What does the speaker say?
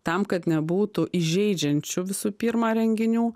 tam kad nebūtų įžeidžiančių visų pirmą renginių